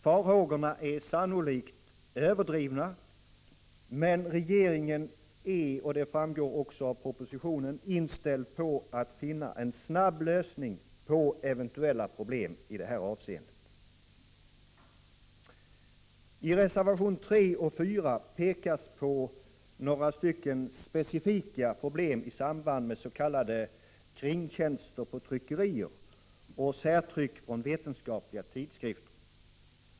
Farhågorna är sannolikt överdrivna, men regeringen är, vilket framgår av propositionen, inställd på att finna en snabb lösning på eventuella problem i detta avseende. I reservationerna 3 och 4 pekas på några specifika problem i samband med s.k. kringtjänster på tryckerier och särtryck från vetenskapliga tidskrifter.